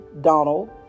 Donald